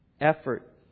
Effort